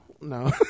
No